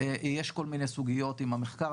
יש כל מיני סוגיות עם המחקר.